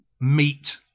meat